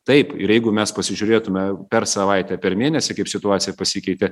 taip ir jeigu mes pasižiūrėtume per savaitę per mėnesį kaip situacija pasikeitė